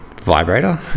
Vibrator